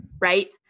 right